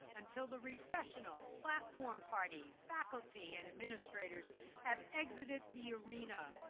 until the recessional, platform party, faculty, and administrators have exited the arena.